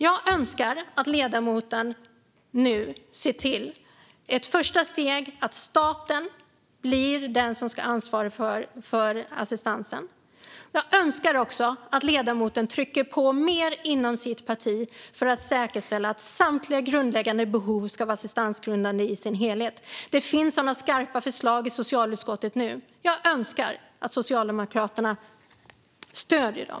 Jag önskar att ledamoten nu i ett första steg ser till att staten blir den som ska ansvara för assistansen. Jag önskar också att ledamoten trycker på mer inom sitt parti för att säkerställa att samtliga grundläggande behov ska vara assistansgrundande i sin helhet. Det finns sådana skarpa förslag i socialutskottet nu. Jag önskar att Socialdemokraterna stöder dem.